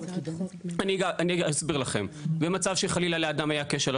כי אם צה"ל יודע להעביר את המידע למשרד